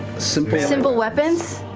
simple simple weapons?